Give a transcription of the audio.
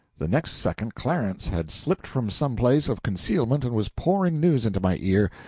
the next second clarence had slipped from some place of concealment and was pouring news into my ear,